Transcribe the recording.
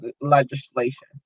legislation